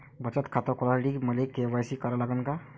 बचत खात खोलासाठी मले के.वाय.सी करा लागन का?